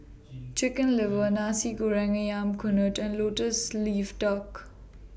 Chicken Liver Nasi Goreng Ayam Kunyit and Lotus Leaf Duck